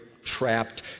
trapped